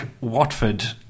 Watford